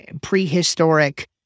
prehistoric